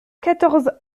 quatorze